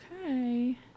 Okay